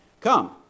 come